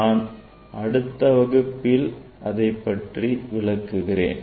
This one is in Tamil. நான் அடுத்த வகுப்பில் விளக்குகிறேன்